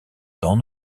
dans